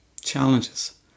challenges